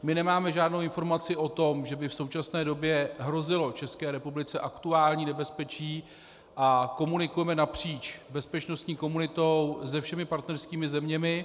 My nemáme žádnou informaci o tom, že by v současné době hrozilo České republice aktuální nebezpečí, a komunikujeme napříč bezpečnostní komunitou se všemi partnerskými zeměmi.